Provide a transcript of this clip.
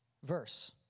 Verse